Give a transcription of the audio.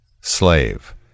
Slave